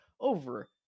over